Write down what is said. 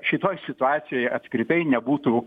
šitoj situacijoj apskritai nebūtų